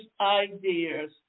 ideas